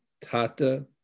Tata